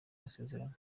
masezerano